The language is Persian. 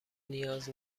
نیاز